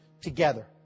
together